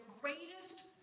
greatest